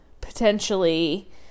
potentially